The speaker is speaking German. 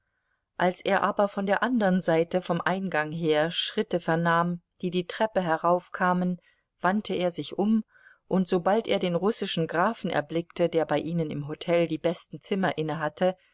als er aber von der andern seite vom eingang her schritte vernahm die die treppe heraufkamen wandte er sich um und sobald er den russischen grafen erblickte der bei ihnen im hotel die besten zimmer inne hatte